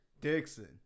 Dixon